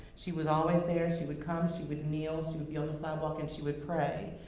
she was always there, she would come, she would kneel, she would be on the sidewalk, and she would pray.